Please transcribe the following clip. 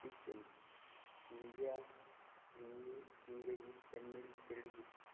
तिष्ठन्ति हिन्दी हिन्दी इङ्ग्रजि तम्मिल् तेलुगु